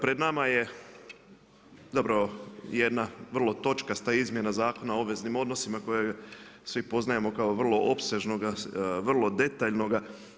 Pred nama je zapravo jedna vrlo točkasta Izmjena zakona o obveznim odnosima kojeg svi poznajemo kao vrlo opsežnoga, vrlo detaljnoga.